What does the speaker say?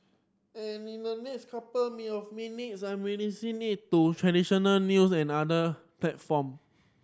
and in the next couple me of minutes I'm releasing it to traditional news and other platform